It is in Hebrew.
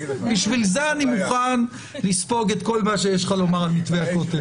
בשביל זה אני מוכן לספוג את כל מה שיש לך לומר על מתווה הכותל.